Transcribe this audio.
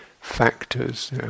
factors